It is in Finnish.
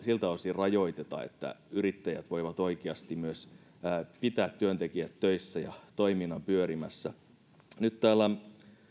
rajoiteta että yrittäjät voivat oikeasti myös pitää työntekijät töissä ja toiminnan pyörimässä nyt täällä